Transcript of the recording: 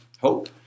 hope